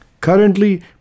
Currently